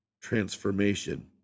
transformation